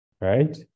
right